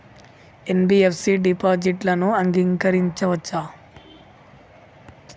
NBFC డిపాజిట్లను అంగీకరించవచ్చా?